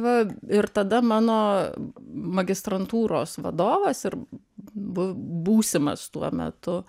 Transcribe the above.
va ir tada mano magistrantūros vadovas ir bu būsimas tuo metu